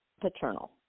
Paternal